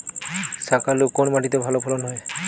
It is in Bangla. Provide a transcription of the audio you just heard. শাকালু কোন মাটিতে ভালো ফলন হয়?